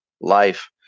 life